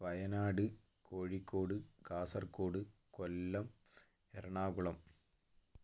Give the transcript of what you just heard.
Wayanad Kozhikode Kasaragod Kollam Ernakulam